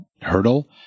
hurdle